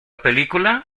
película